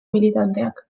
militanteak